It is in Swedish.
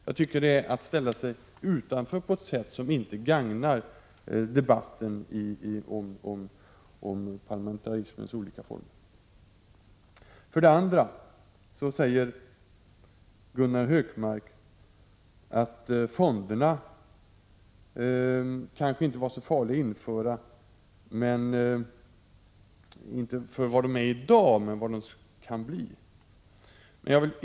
Jag tycker att man ställer sig utanför på ett sätt som inte gagnar debatten om parlamentarismens olika former. Gunnar Hökmark säger också att fonderna kanske inte var så farliga att införa om man ser till vad de är i dag men däremot med tanke på vad de kan bli.